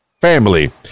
family